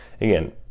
again